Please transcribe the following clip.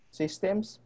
systems